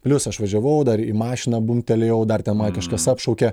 plius aš važiavau dar į mašiną bumbtelėjau dar ten mane kažkas apšaukė